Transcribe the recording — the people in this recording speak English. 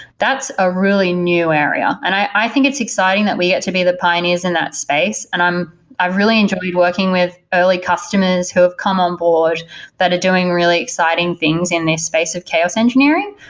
that's a really new area, and i think it's exciting that we get to be the pioneers in that space and i really enjoyed working with early customers who have come on board that are doing really exciting things in the space of chaos engineering.